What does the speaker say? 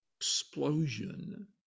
explosion